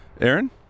Aaron